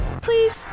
please